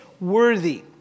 worthy